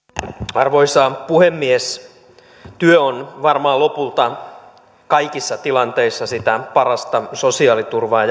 arvoisa puhemies työ on varmaan lopulta kaikissa tilanteissa sitä parasta sosiaaliturvaa